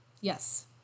Yes